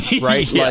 right